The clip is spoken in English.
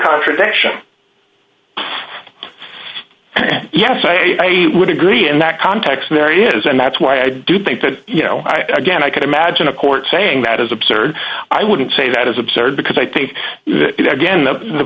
contradiction yes i would agree in that context mary is and that's why i do think that you know again i could imagine a court saying that is absurd i wouldn't say that is absurd because i think you know again the